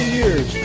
years